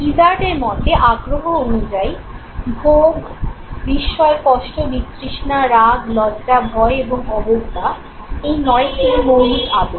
ইজার্ডের মতে আগ্রহ অনুযায়ী ভোগ বিস্ময় কষ্ট বিতৃষ্ণা রাগ লজ্জা ভয় এবং অবজ্ঞা এই নয়টি মৌলিক আবেগ